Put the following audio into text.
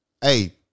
hey